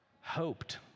hoped